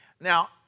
Now